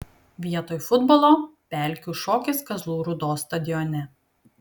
vietoj futbolo pelkių šokis kazlų rūdos stadione